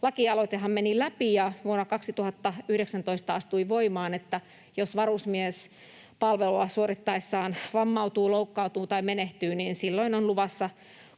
Lakialoitehan meni läpi, ja vuonna 2019 astui voimaan se, että jos varusmies palvelusta suorittaessaan vammautuu, loukkaantuu tai menehtyy, silloin on luvassa